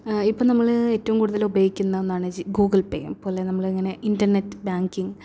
ഇപ്പോൾ നമ്മൾ ഏറ്റവും കൂടുതൽ ഉപയോഗിക്കുന്ന ഒന്നാണ് ഗൂഗിൾ പേയും പോലെ നമ്മൾ ഇങ്ങനെ ഇന്റർനെറ്റ് ബാങ്കിങ്